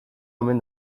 omen